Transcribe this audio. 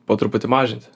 po truputį mažinti